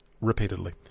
Repeatedly